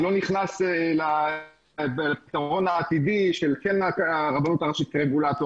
אני לא נכנס לפתרון העתידי של כן הרבנות הראשית כרגולטור,